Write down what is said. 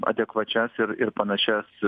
adekvačias ir ir panašias